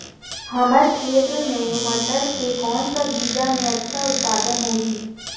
हमर क्षेत्र मे मटर के कौन सा बीजा मे अच्छा उत्पादन होही?